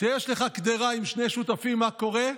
כשיש לך קדרה עם שני שותפים, מה קורה?